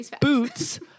boots